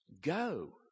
Go